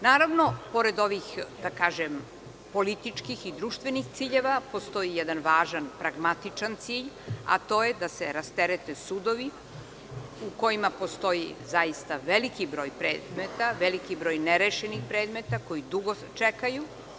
Naravno, pored ovih političkih i društvenih ciljeva, postoji i jedan važan pragmatičan cilj, a to je da se rasterete sudovi u kojima postoji zaista veliki broj predmeta, veliki broj nerešenih predmeta koji dugo čekaju.